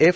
F